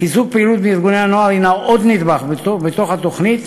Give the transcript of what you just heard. חיזוק פעילות בארגוני הנוער הנו עוד נדבך בתוך התוכנית,